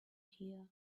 here